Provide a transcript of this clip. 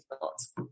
thoughts